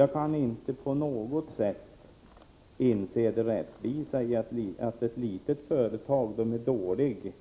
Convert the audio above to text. Jag kan inte på något sätt inse det rättvisa i att ett litet företag med dålig